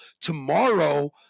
tomorrow